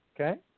Okay